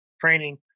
training